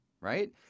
right